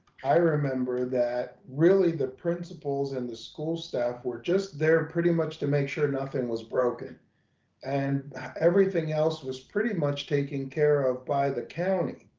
i remember that really the principals and the school staff were just there pretty much to make sure nothing was broken and everything else was pretty much taken care of by the county.